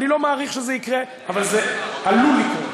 אני לא מעריך שזה יקרה אבל זה עלול לקרות.